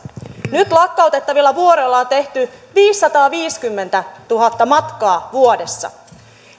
nyt lakkautettavilla vuoroilla on tehty viisisataaviisikymmentätuhatta matkaa vuodessa